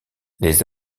les